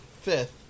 fifth